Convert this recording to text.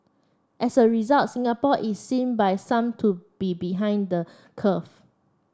as a result Singapore is seen by some to be behind the curve